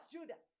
Judah